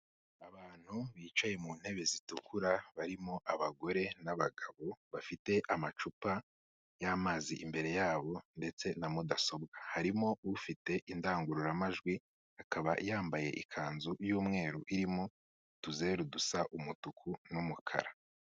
Abantu bicaye mu ntebe zitukura barimo abagore n'abagabo bafite amacupa y'amazi imbere yabo ndetse na mudasobwa. Harimo ufite indangururamajwi, akaba yambaye ikanzu y'umweru irimo utuzeru dusa umutuku n'umukara.